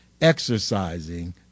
exercising